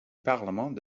parlement